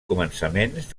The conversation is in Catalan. començaments